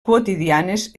quotidianes